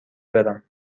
برم